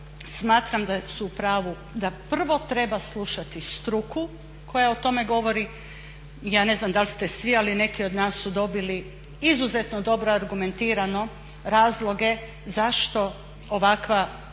smatram da su u pravu, da prvo treba slušati struku koja o tome govori. Ja ne znam da li ste svi ali neki od nas su dobili izuzetno dobro argumentirane razloge zašto ovakav prijedlog